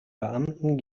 beamten